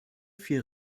vier